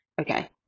Okay